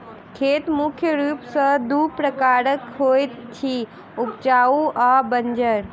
खेत मुख्य रूप सॅ दू प्रकारक होइत अछि, उपजाउ आ बंजर